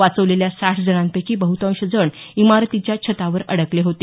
वाचवलेल्या साठ जणांपैकी बहतांश जण इमारतीच्या छतावर अडकले होते